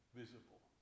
visible